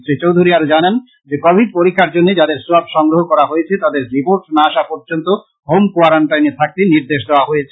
শ্রী চৌধুরী আরো জানান যে কোবিড পরীক্ষার জন্য যাদের সোয়াব সংগ্রহ করা হয়েছে তাদের রির্পোট না আসা পর্য্যন্ত হোম কোয়ারেনটাইনে থাকতে নির্দেশ দেওয়া হয়েছে